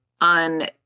on